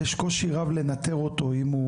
יש קושי רב לנטר אותו אם הוא,